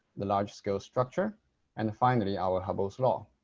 the large-scale structure and finally our hubble's law.